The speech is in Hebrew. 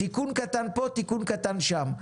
תיקון קטן פה, תיקון קטן שם.